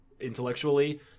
intellectually